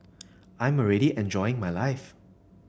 I'm already enjoying my life